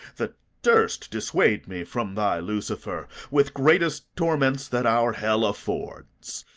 that durst dissuade me from thy lucifer, with greatest torments that our hell affords.